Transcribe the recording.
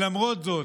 למרות זאת,